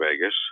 Vegas